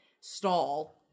stall